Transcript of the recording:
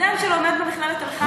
סטודנט שלומד במכללת תל חי,